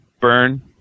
Burn